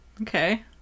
Okay